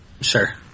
Sure